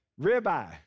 ribeye